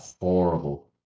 horrible